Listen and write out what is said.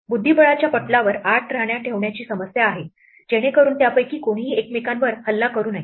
बुद्धिबळाच्या पटलावर 8 राण्या ठेवण्याची समस्या आहे जेणेकरून त्यापैकी कोणीही एकमेकांवर हल्ला करू नये